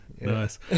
nice